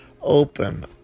open